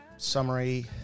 summary